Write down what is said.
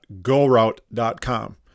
goroute.com